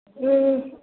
ம்